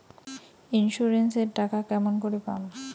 Insurance এর টাকা কেমন করি পাম?